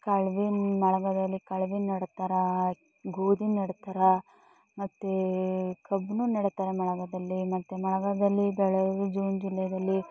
ನಳಗದಲ್ಲಿ ನೆಡ್ತಾರೆ ಗೋಧಿ ನೆಡ್ತಾರೆ ಮತ್ತು ಕಬ್ಬುನೂ ನೆಡ್ತಾರೆ ನಳಗದಲ್ಲಿ ಮತ್ತು ನಳಗದಲ್ಲಿ ಜೂನ್ ಜುಲಾಯ್ದಲ್ಲಿ